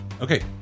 Okay